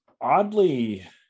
oddly